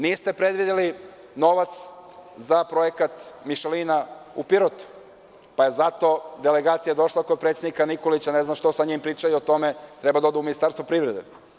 Niste predvideli novac za projekat „Mišelina“ u Pirotu, pa je zato delegacija došla kod predsednika Nikolića i ne znam šta je sa njim pričala o tome, treba da odu u Ministarstvo privrede.